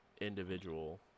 individual